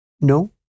No